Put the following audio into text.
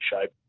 shape